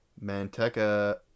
Manteca